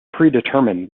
predetermined